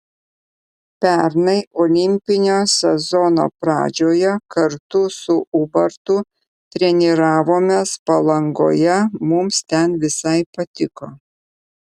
pernai olimpinio sezono pradžioje kartu su ubartu treniravomės palangoje mums ten visai patiko